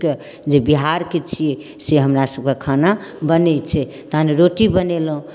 के जे बिहार के छी से हमरा सबके खाना बनै छै तहन रोटी बनेलहुॅं